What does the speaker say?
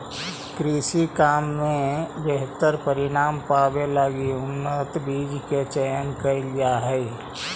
कृषि काम में बेहतर परिणाम पावे लगी उन्नत बीज के चयन करल जा हई